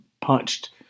punched